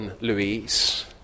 Louise